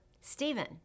stephen